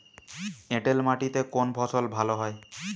এঁটেল মাটিতে কোন ফসল ভালো হয়?